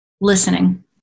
listening